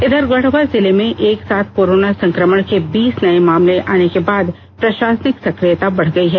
इधर गढ़वा जिले में एक साथ कोरोना संक्रमण के बीस नए मामले आने के बाद प्रषासनिक संक्रियता बढ़ गई है